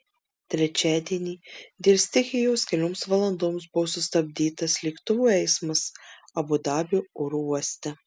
trečiadienį dėl stichijos kelioms valandoms buvo sustabdytas lėktuvų eismas abu dabio oro uoste